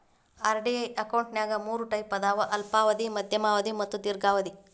RD ಅಕೌಂಟ್ನ್ಯಾಗ ಮೂರ್ type ಅದಾವ ಅಲ್ಪಾವಧಿ ಮಾಧ್ಯಮ ಅವಧಿ ಮತ್ತ ದೇರ್ಘಾವಧಿ